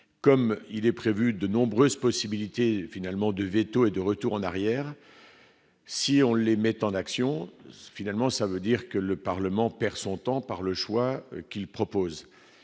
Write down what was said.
comme il est prévu de nombreuses possibilités finalement de véto est de retour en arrière si on les met en action, finalement, ça veut dire que le Parlement perd son temps par le choix qu'il propose